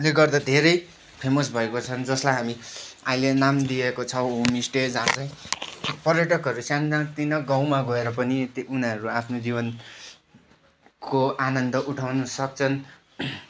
ले गर्दा धेरै फेमस भएको छन् जसलाई हामी अहिले नाम दिएको छौँ होमस्टे जहाँ चाहिँ पर्यटकहरू सानातिना गाउँमा गएर पनि उनीहरू आफ्नो जीवनको आनन्द उठाउन सक्छन्